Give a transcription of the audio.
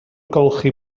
golchi